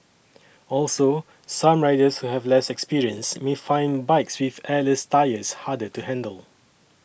also some riders who have less experience may find bikes with airless tyres harder to handle